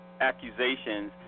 accusations